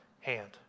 hand